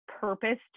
purpose